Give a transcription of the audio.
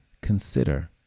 Consider